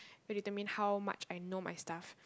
it will determine how much I know my stuff